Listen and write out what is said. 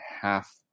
half